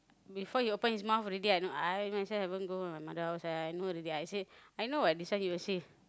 before he open his mouth already I know I myself haven't go with my mother I was like I know already I say I know what this one he will say